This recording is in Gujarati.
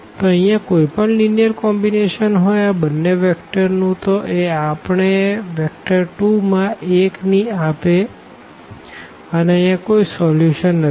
તો અહિયાં કોઈ પણ લીનીઅર કોમ્બીનેશન હોઈ આ બંને વેક્ટર નું તો એ આપણને વેક્ટર 2 માં 1 ની આપે અને અહિયાં કોઈ સોલ્યુશન નથી